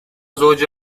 زوج